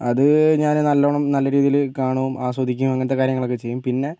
അത് ഞാൻ നല്ലവണ്ണം നല്ല രീതിയിൽ കാണും ആസ്വദിക്കും അങ്ങനത്തെ കാര്യങ്ങളൊക്കെ ചെയ്യും പിന്നെ